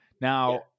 Now